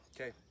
Okay